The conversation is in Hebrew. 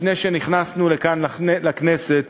לפני שנכנסנו לכאן, לכנסת,